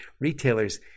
retailers